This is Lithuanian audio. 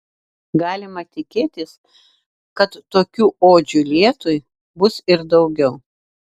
galima tikėtis kad tokių odžių lietui bus ir daugiau